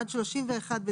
עד 31 בדצמבר